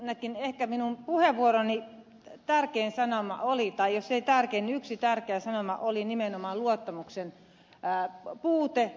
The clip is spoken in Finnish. ensinnäkin ehkä minun puheenvuoroni tärkein sanoma tai jos ei tärkein niin yksi tärkeä sanoma oli nimenomaan luottamuksen puute